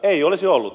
ei olisi ollut